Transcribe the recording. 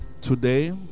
today